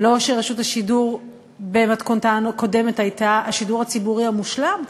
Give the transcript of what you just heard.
לא שרשות השידור במתכונתה הקודמת הייתה השידור הציבורי המושלם,